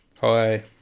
hi